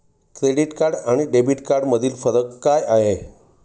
Credit card आणि debit कार्डमधील फरक काय आहे?